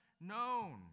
known